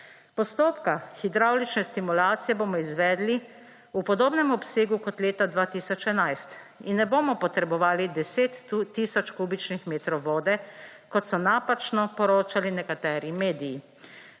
»Postopka hidravlične stimulacije bomo izvedli v podobnem obsegu kot leta 2011 in ne bomo potrebovali 10 tisoč kubičnih metrov vode kot so napačno poročali nekateri mediji.